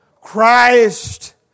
Christ